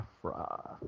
afra